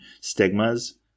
stigmas